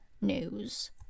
news